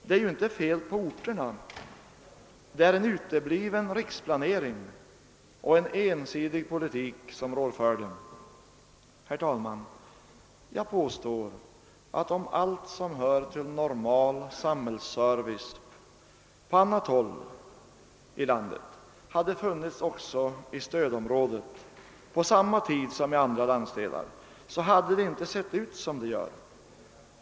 Det är ju inte fel på orterna — det är en utebliven riksplanering och en ensidig politik som rår för det. Herr talman! Jag påstår att om allt som hör till normal samhällsservice på annat håll i landet hade funnits också i stödområdet på samma tid som i andra landsdelar så hade det inte sett ut som det gör.